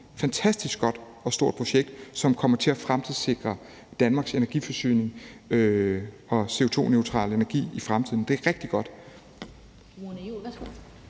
fantastisk godt og stort projekt, som kommer til at fremtidssikre Danmarks energiforsyning og CO2-neutrale energi i fremtiden; det er rigtig godt.